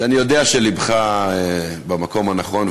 שאני יודע שלבך במקום הנכון,